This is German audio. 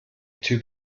typ